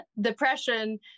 depression